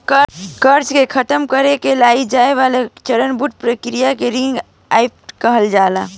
कर्जा के खतम करे ला कइल जाए वाला चरणबद्ध प्रक्रिया के रिंग डाइट कहल जाला